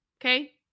Okay